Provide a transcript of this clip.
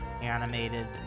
animated